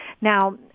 Now